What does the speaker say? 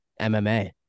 mma